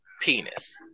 penis